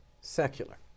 secular